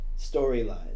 storylines